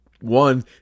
one